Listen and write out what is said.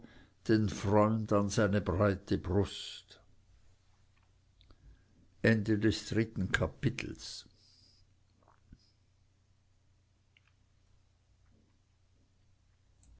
den freund an seine breite brust